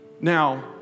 Now